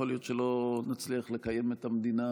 יכול להיות שלא נצליח לקיים את המדינה